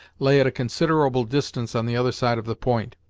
lay at a considerable distance on the other side of the point.